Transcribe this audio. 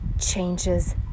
changes